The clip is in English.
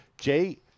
Jay